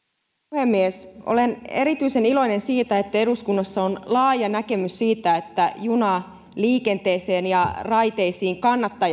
puhemies olen erityisen iloinen siitä että eduskunnassa on laaja näkemys siitä että junaliikenteeseen ja raiteisiin kannattaa